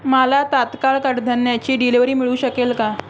मला तात्काळ कडधन्याची डिलिवरी मिळू शकेल का